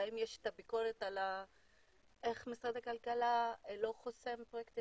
והאם יש את הביקורת על איך משרד הכלכלה לא חוסם פרויקטים,